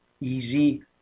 easy